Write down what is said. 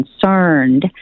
concerned